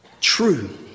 true